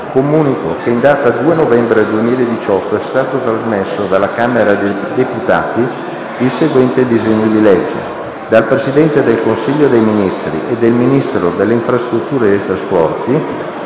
Comunico che, in data 2 novembre 2018, è stato trasmesso dalla Camera dei deputati il seguente disegno di legge: *dal Presidente del Consiglio dei ministri e dal Ministro delle infrastrutture e dei trasporti:*